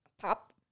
pop